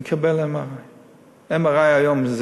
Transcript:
לא יקבל MRI. MRI היום,